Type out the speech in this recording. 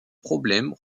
problèmes